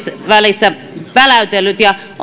välissä väläytellyt